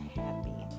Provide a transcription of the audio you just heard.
happy